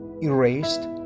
erased